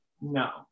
No